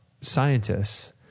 scientists